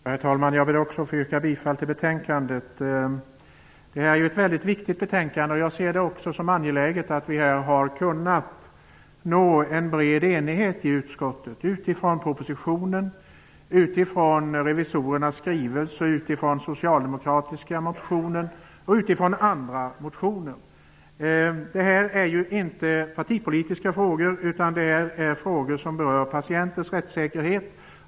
Herr talman! Jag ber också att få yrka bifall till utskottets hemställan. Det är ett väldigt viktigt betänkande. Jag ser det också som angeläget att vi utifrån propositionen, utifrån revisorernas skrivelse, utifrån den socialdemokratiska motionen och utifrån andra motioner har kunnat nå en bred enighet i utskottet. Det här är inte partipolitiska frågor utan det är frågor som berör patientens rättssäkerhet.